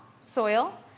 soil